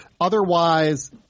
otherwise